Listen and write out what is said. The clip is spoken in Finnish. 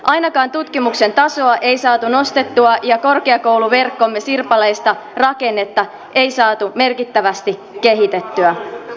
ainakaan tutkimuksen tasoa ei saatu nostettua ja korkeakouluverkkomme sirpaleista rakennetta ei saatu merkittävästi kehitettyä